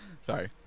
Sorry